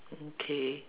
okay